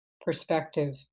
perspective